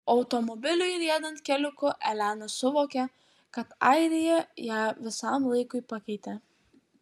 automobiliui riedant keliuku elena suvokė kad airija ją visam laikui pakeitė